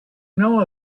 know